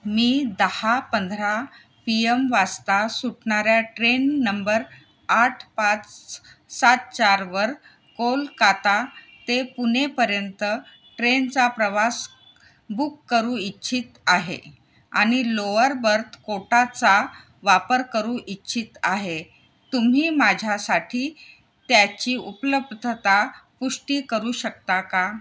मी दहा पंधरा P M वाजता सुटणाऱ्या ट्रेन नंबर आठ पाच सात चारवर कोलकाता ते पुणेपर्यंत ट्रेनचा प्रवास बुक करू इच्छित आहे आणि लोअर बर्थ कोटाचा वापर करू इच्छित आहे तुम्ही माझ्यासाठी त्याची उपलब्धता पुष्टी करू शकता का